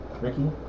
Ricky